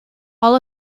all